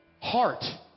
Heart